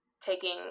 taking